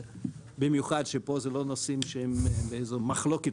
כשבמיוחד פה אלה לא נושאים שהם באיזו מחלוקת